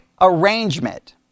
arrangement